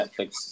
Netflix